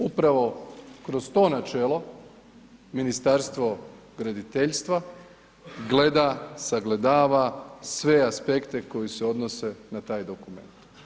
Upravo kroz to načelo Ministarstvo graditeljstva gleda, sagledava sve aspekte koji se odnose na taj dokument.